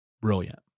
Brilliant